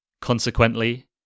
Consequently